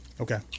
Okay